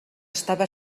estava